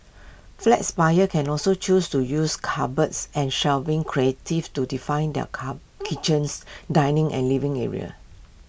flats buyers can also choose to use cupboards and shelving creative to define their car kitchens dining and living areas